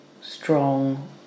strong